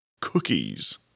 cookies